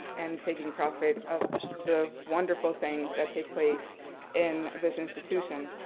and taking profit the wonderful things that take place in this institution.